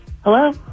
Hello